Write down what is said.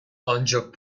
ancak